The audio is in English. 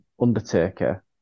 Undertaker